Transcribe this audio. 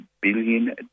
billion